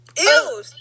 Ew